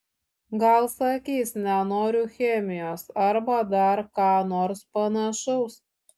gal sakys nenoriu chemijos arba dar ką nors panašaus